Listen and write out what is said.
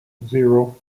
zero